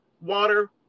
water